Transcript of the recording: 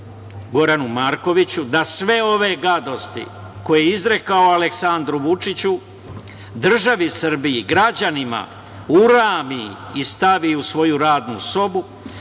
Goranu Markoviću da sve ove gadosti koje je izrekao Aleksandru Vučiću, državi Srbiji i građanima, urami i stavi u svoju radnu sobu